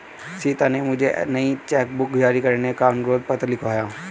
सीता ने मुझसे नई चेक बुक जारी करने का अनुरोध पत्र लिखवाया